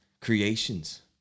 creations